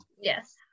Yes